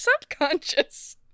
subconscious